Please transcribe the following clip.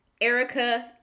Erica